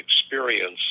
experience